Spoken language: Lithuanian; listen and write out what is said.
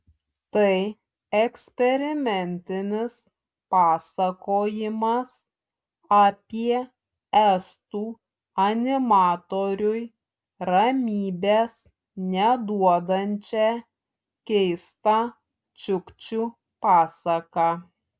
tai eksperimentinis pasakojimas apie estų animatoriui ramybės neduodančią keistą čiukčių pasaką